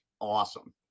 awesome